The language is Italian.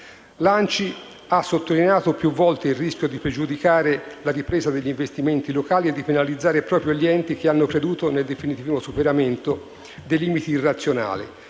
L'ANCI ha sottolineato più volte il rischio di pregiudicare la ripresa degli investimenti locali e di penalizzare proprio gli enti che hanno creduto nel definitivo superamento dei limiti irrazionali